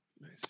Nice